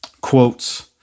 quotes